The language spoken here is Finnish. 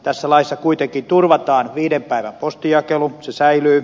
tässä laissa kuitenkin turvataan viiden päivän postinjakelu se säilyy